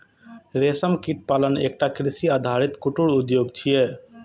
रेशम कीट पालन एकटा कृषि आधारित कुटीर उद्योग छियै